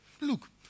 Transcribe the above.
look